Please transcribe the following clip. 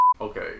okay